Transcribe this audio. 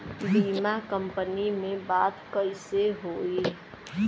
बीमा कंपनी में बात कइसे होई?